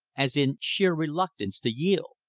as in sheer reluctance to yield.